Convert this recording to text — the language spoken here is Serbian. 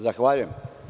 Zahvaljujem.